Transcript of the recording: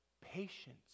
patience